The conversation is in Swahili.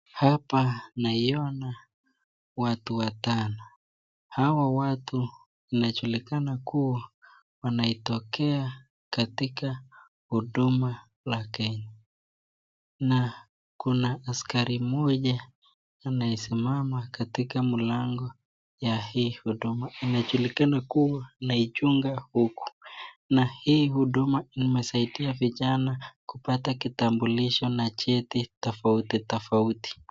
Hapa naiona watu watano hawa watu wanajulikana kuwa wanaitokea katika huduma la Kenya na kuna askari moja anayesimama katika mlango ya hii huduma. Inajulikana kuwa anaijunga huku na hii huduma imesaidia vijana kupata kitambulisho na cheti tofauti tofauti.